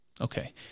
Okay